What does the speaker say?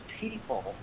people